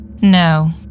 No